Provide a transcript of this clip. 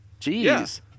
Jeez